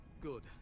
Good